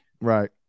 Right